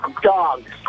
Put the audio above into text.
dogs